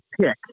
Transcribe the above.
pick